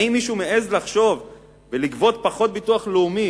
האם מישהו מעז לחשוב ולגבות פחות ביטוח לאומי